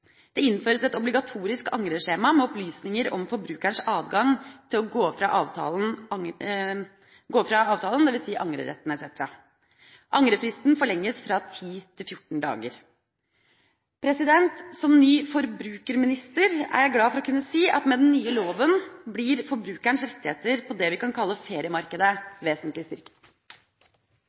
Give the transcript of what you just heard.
Det innføres et obligatorisk angreskjema med opplysninger om forbrukerens adgang til å gå fra avtalen, dvs. angreretten etc. Angrefristen forlenges fra 10 til 14 dager. Som ny forbrukerminister er jeg glad for å kunne si at med den nye loven blir forbrukerens rettigheter på det vi kan kalle feriemarkedet, vesentlig styrket.